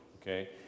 okay